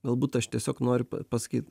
galbūt aš tiesiog noriu pasakyt